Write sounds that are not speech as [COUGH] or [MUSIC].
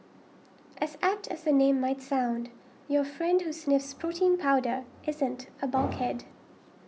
as apt as the name might sound your friend who sniffs protein powder isn't a [NOISE] bulkhead